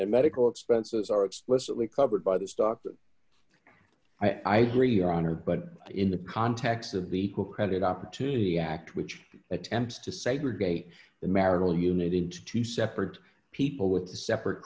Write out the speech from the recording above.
and medical expenses are explicitly covered by this doctor i agree your honor but in the context of the book credit opportunity act which attempts to segregate the marital unit into two separate people with a separate